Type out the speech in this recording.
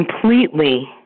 completely